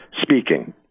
speaking